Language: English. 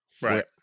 Right